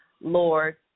Lord